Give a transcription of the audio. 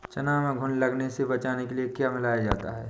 चना में घुन लगने से बचाने के लिए क्या मिलाया जाता है?